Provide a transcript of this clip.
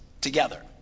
together